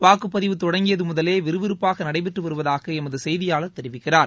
வாக்குப்பதிவு தொடங்கியது முதலே விறுவிறுப்பாக நடைபெற்று வருவதாக எமது செய்தியாளர் தெரிவிக்கிறார்